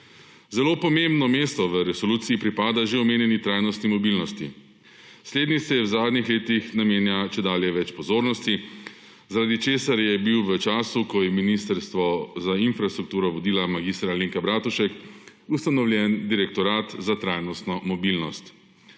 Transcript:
Zelo pomembno mesto v resoluciji pripada že omenjeni trajnostni mobilnosti. Slednji se v zadnjih letih namenja čedalje več pozornosti, zaradi česar je bil v času, ko je Ministrstvo za infrastrukturo vodila mag. Alenka Bratušek, ustanovljen direktorat za trajnostno mobilnost.